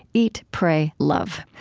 eat pray love,